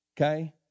okay